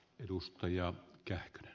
arvoisa puhemies